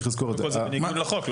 אבל זה בניגוד לחוק.